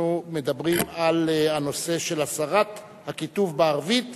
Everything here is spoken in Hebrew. אנחנו מדברים על הנושא של הסרת הכיתוב בערבית